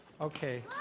Okay